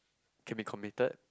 can be committed